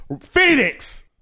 Phoenix